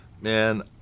Man